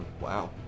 Wow